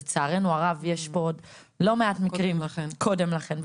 לצערנו הרב יש פה עוד לא מעט מקרים קודם לכן.